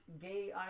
gay